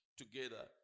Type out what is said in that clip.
together